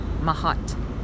mahat